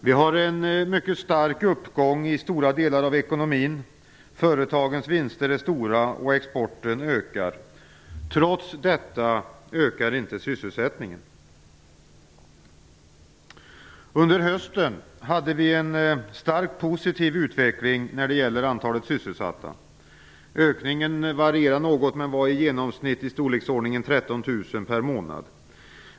Vi har en mycket stark uppgång i stora delar av ekonomin, företagens vinster är stora och exporten ökar. Trots detta ökar inte sysselsättningen. Under hösten hade vi en starkt positiv utveckling när det gäller antalet sysselsatta. Ökningen varierar något men var i storleksordningen 13 000 per månad.